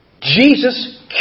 Jesus